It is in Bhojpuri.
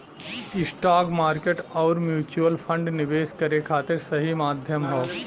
स्टॉक मार्केट आउर म्यूच्यूअल फण्ड निवेश करे खातिर सही माध्यम हौ